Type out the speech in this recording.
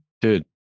dude